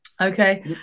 Okay